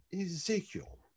Ezekiel